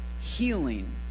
healing